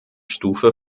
stufe